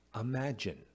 imagine